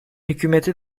hükümeti